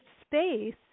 space